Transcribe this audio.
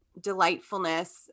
delightfulness